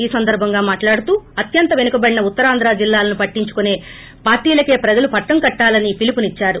ఈ సందర్భంగా మాట్లాడుతూ అత్యంత వెనుకబడిన ఉత్తరాంధ్రా జిల్లాలను పట్టించుకునే పార్గీలకే ప్రజలు పట్లం కట్లాలని పిలుపునిచ్చారు